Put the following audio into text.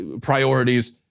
priorities